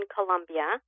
Colombia